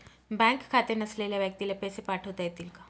Bank खाते नसलेल्या व्यक्तीला पैसे पाठवता येतील का?